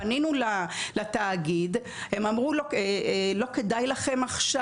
פנינו לתאגיד, הם אמרו: לא כדאי לכם עכשיו.